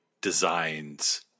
designs